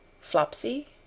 Flopsy